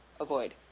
avoid